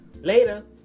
Later